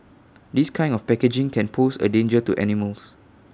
this kind of packaging can pose A danger to animals